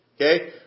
Okay